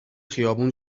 خیابون